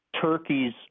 Turkeys